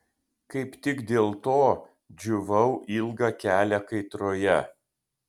kaip tik dėl to džiūvau ilgą kelią kaitroje